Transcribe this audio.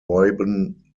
reuben